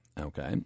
Okay